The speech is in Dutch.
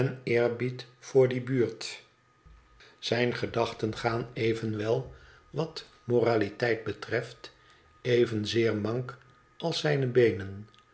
eerbied voor die buurt zijn gedachten gaan eyenwel wat moraliteit betreft evenzeer mank als zijne beenen